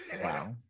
Wow